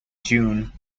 june